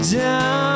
down